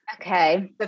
Okay